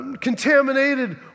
contaminated